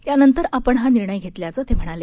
त्यानंतर आपण हा निर्णय घेतल्याचं ते म्हणाले